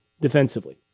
defensively